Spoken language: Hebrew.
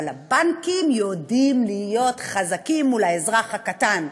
אבל הבנקים יודעים להיות חזקים מול האזרח הקטן.